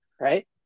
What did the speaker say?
right